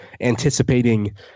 anticipating